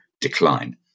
decline